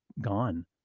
gone